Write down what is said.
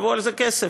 גבו על זה כסף.